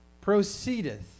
Proceedeth